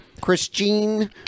Christine